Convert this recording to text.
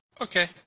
Okay